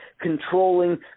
controlling